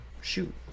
Shoot